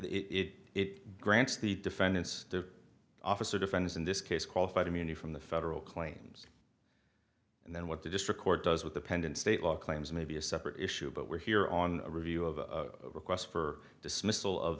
it grants the defendants the officer defense in this case qualified immunity from the federal claims and then what the district court does with the pendent state law claims may be a separate issue but we're here on a review of requests for dismissal of